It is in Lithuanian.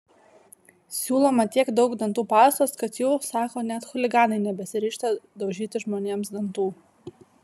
siūloma tiek daug dantų pastos kad jau sako net chuliganai nebesiryžta daužyti žmonėms dantų